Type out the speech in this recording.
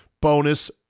bonus